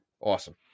awesome